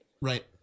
Right